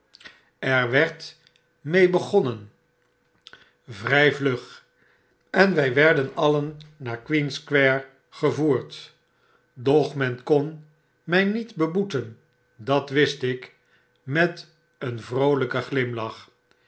er werd mee begonnen vry vlug en wy werden alien naar queen square gevoerd doch men kon my niet beboeten dat wist ik met een vroolyken glimlach